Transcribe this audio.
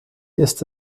ist